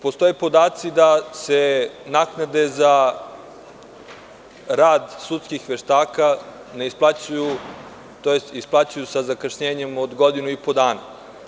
Postoje podaci da se naknade za rad sudskih veštaka ne isplaćuju, odnosno isplaćuju sa zakašnjenjem od godinu i po dana.